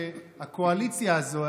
שהקואליציה הזאת,